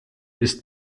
ist